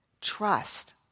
trust